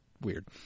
weird